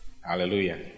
Hallelujah